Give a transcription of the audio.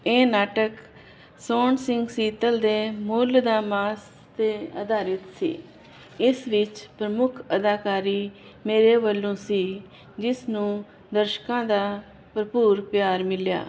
ਇਹ ਨਾਟਕ ਸੋਹਣ ਸਿੰਘ ਸੀਤਲ ਦੇ ਮੁੱਲ ਦਾ ਮਾਸ ਤੇ ਅਧਾਰਿਤ ਸੀ ਇਸ ਵਿੱਚ ਪ੍ਰਮੁੱਖ ਅਦਾਕਾਰੀ ਮੇਰੇ ਵੱਲੋਂ ਸੀ ਜਿਸ ਨੂੰ ਦਰਸ਼ਕਾਂ ਦਾ ਭਰਪੂਰ ਪਿਆਰ ਮਿਲਿਆ